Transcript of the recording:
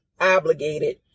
obligated